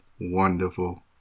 wonderful